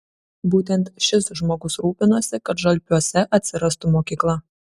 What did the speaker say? būtent šis žmogus rūpinosi kad žalpiuose atsirastų mokykla